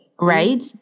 Right